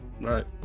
right